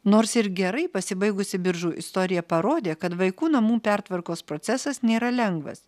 nors ir gerai pasibaigusi biržų istorija parodė kad vaikų namų pertvarkos procesas nėra lengvas